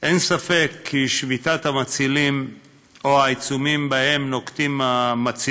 אין ספק כי שביתת המצילים או העיצומים שהמצילים